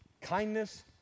kindness